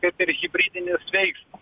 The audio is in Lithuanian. kaip ir hibridinis veiksmas